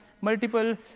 multiple